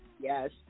Yes